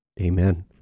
Amen